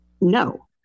no